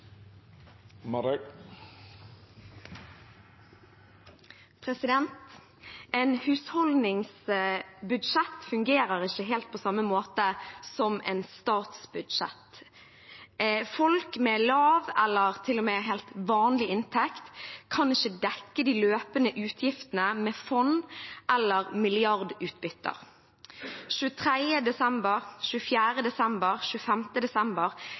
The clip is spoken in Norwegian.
husholdningsbudsjett fungerer ikke helt på samme måte som et statsbudsjett. Folk med lav eller til og med helt vanlig inntekt kan ikke dekke de løpende utgiftene med fond eller milliardutbytter. Den 23. desember, den 24. desember og den 25. desember